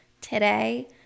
today